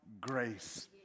grace